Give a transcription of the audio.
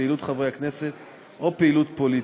פעילות חברי הכנסת או פעילות פוליטית.